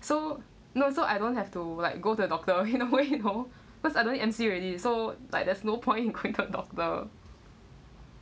so no so I don't have to like go to a doctor in a way you know because I don't need M_C already so like there's no point in cricket doctor